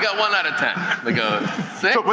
yeah one out of ten? like a